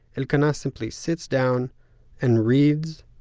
elkana simply sits down and reads.